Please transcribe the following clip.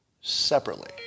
separately